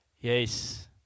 Yes